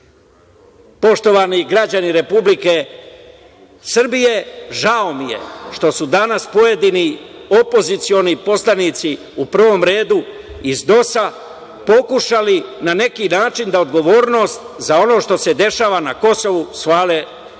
vas. Poštovani građani Republike Srbije, žao mi je što su danas pojedini opozicioni poslanici u prvom redu iz DOS pokušali na neki način da odgovornost za ono što se dešava na Kosovu svale na